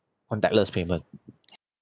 contactless payment